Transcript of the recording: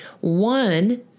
one